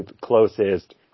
closest